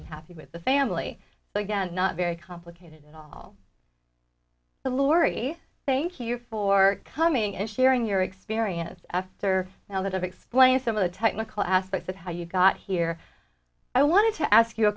and happy with the family again not very complicated and all the laurie thank you for coming and sharing your experience after now that i've explained some of the technical aspects of how you got here i wanted to ask you a